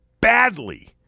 badly